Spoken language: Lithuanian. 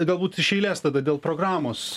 galbūt iš eiles tada dėl programos